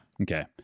okay